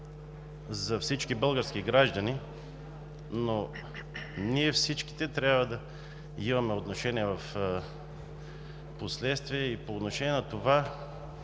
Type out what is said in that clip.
за всички български граждани, но ние всички трябва да имаме отношение впоследствие и по отношение на това